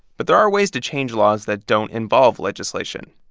but there are ways to change laws that don't involve legislation.